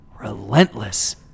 relentless